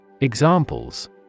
Examples